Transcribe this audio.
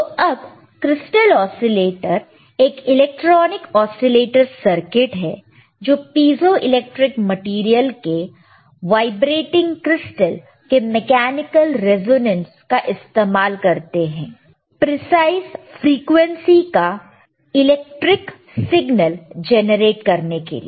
तो अब crystal oscillator एक इलेक्ट्रॉनिक ओसीलेटर सर्किट है जो पीजोइलेक्ट्रिक मटेरियल के वाइब्रेटिंग क्रिस्टल के मैकेनिकल रेजोनेंस का इस्तेमाल करते हैं प्रीसाइज फ्रीक्वेंसी का इलेक्ट्रिक सिग्नल जेनरेट करने के लिए